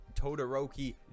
Todoroki